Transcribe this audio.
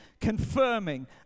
confirming